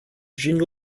jeanne